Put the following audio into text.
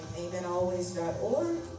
amenalways.org